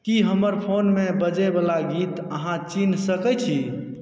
की हमर फोनमे बजयबला गीत अहाँ चीन्ह सकै छी